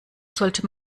sollte